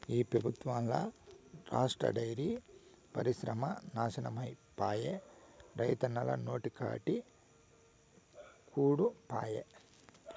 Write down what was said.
ఈ పెబుత్వంల రాష్ట్ర డైరీ పరిశ్రమ నాశనమైపాయే, రైతన్నల నోటికాడి కూడు పాయె